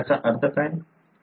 याचा अर्थ काय